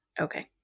Okay